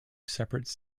separate